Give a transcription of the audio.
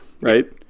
right